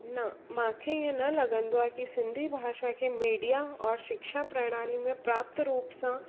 न मांखे इअं न लॻंदो आहे की सिंधी भाषा खे मीडिया और शिक्षा प्रणालीअ में प्राप्त रूप सां